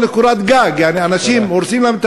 עמדת